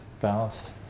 Balanced